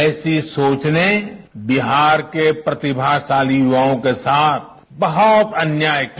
ऐसी सोचने बिहार के प्रतिभाशाली युवाओं के साथ बहुत अन्याय किया